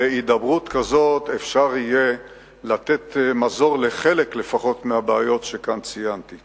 בהידברות כזאת אפשר יהיה לתת מזור לפחות לחלק מהבעיות שציינתי כאן.